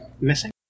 missing